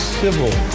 civil